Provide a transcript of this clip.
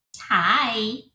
Hi